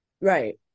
Right